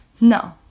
No